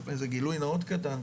גילוי נאות קטן,